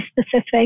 specific